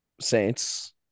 Saints